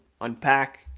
unpack